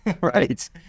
right